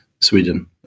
Sweden